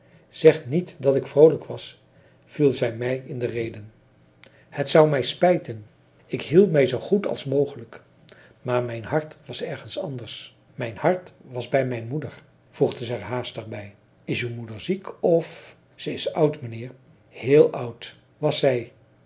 zeg niet dat ik vroolijk was viel zij mij in de rede het zou mij spijten ik hield mij zoo goed als mogelijk maar mijn hart was ergens anders mijn hart was bij mijn moeder voegde zij er haastig bij is uw moeder ziek of zij is oud mijnheer heel oud was zij